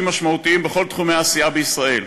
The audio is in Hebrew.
משמעותיים בכל תחומי העשייה בישראל.